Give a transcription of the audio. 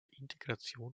integration